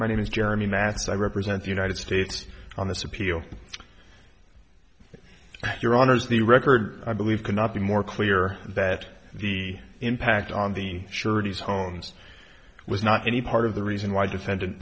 my name is jeremy mats i represent the united states on this appeal your honors the record i believe cannot be more clear that the impact on the sureties hones was not any part of the reason why defendant